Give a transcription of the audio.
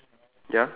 ya